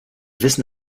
wissen